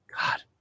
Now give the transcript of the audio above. God